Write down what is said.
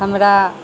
हमरा